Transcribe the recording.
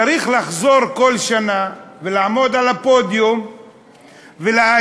צריך לחזור כל שנה ולעמוד על הפודיום ולהגיד